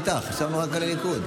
חבר הכנסת ואליד אלהואשלה, בכבוד.